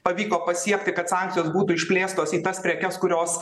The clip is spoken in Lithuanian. pavyko pasiekti kad sankcijos būtų išplėstos į tas prekes kurios